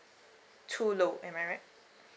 too low am I right